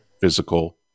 physical